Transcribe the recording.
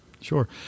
sure